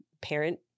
parent